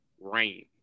Rain